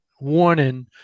warning